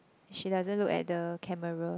she doesn't look at the camera